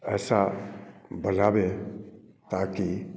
ऐसा बना दें ताकि